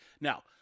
now